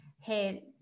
hey